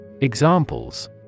Examples